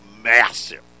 massive